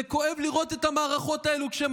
זה כואב לראות את המערכות האלה כשהם